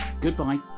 Goodbye